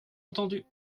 entendu